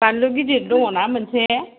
बानलु गिदिर दङ ना मोनसे